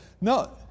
no